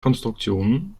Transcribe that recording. konstruktionen